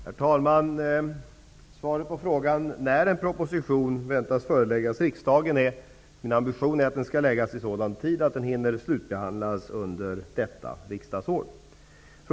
Herr talman! Svaret på frågan om när en proposition förväntas föreläggas riksdagen är: Det är min ambition att propositionen skall läggas på riksdagens bord i så god tid att den hinner slutbehandlas under detta riksdagsår.